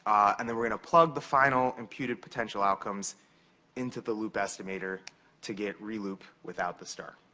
and then we're gonna plug the final imputed potential outcomes into the loop estimator to get reloop without the star.